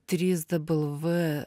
trys dabl v